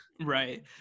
Right